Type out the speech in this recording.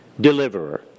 deliverer